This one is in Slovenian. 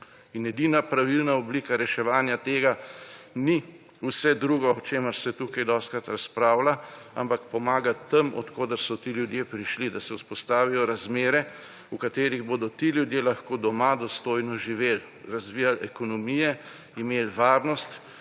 In edina pravilna oblika reševanja tega ni vse drugo, o čemer se tukaj dostikrat razpravlja, ampak pomagati tam, od koder so ti ljudje prišli, da se vzpostavijo razmere, v katerih bodo ti ljudje lahko doma dostojno živeli, razvijali ekonomije, imeli varnost